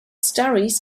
stories